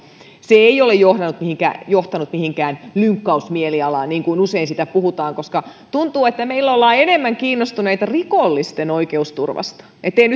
se ei ole johtanut mihinkään lynkkausmielialaan niin kuin usein siitä puhutaan mutta tuntuu että meillä ollaan enemmän kiinnostuneita rikollisten oikeusturvasta etteivät